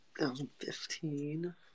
2015